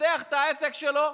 פותח את העסק שלו.